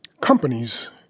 companies